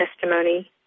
testimony